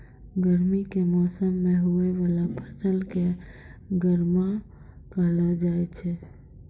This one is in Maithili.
गर्मी के मौसम मे हुवै वाला फसल के गर्मा कहलौ जाय छै